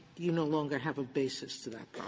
you no longer have a basis to that